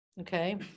Okay